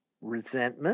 resentment